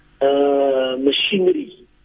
machinery